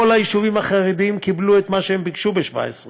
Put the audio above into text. כל היישובים החרדיים קיבלו את מה שהם ביקשו ב-2017.